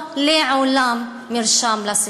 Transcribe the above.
לעולם אינו מרשם לסכסוך.